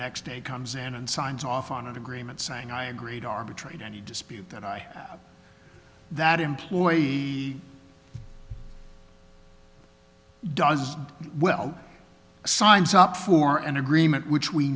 next day comes in and signs off on an agreement saying i agree to arbitrate any dispute that i have that employee does well signs up for an agreement which we